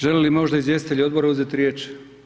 Žele li možda izvjestitelji odbora uzeti riječ?